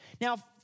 Now